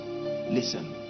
listen